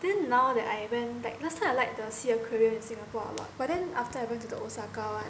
then now that I went like last time I like the SEA aquarium in Singapore lah but then after I went to the Osaka one